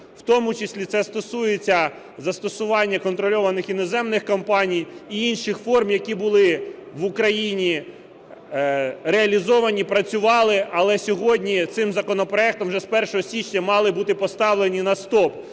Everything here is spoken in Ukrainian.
В тому числі, це стосується застосування контрольованих іноземних компаній і інших форм, які були в Україні реалізовані, працювали, але сьогодні цим законопроектом вже з 1 січня мали бути поставлені на "стоп"